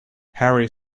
harry